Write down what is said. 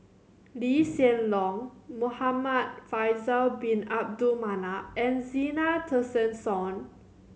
Lee Hsien Loong Muhamad Faisal Bin Abdul Manap and Zena Tessensohn